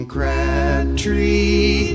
Crabtree